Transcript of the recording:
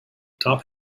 top